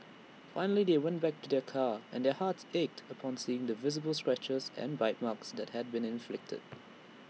finally they went back to their car and their hearts ached upon seeing the visible scratches and bite marks that had been inflicted